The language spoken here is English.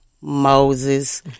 Moses